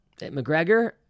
McGregor